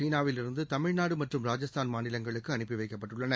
சீனாவிலிருந்து தமிழ்நாடு மற்றும் ராஜஸ்தான் மாநிலங்களுக்கு அனுப்பி வைக்கப்பட்டுள்ளன